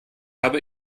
habe